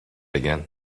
again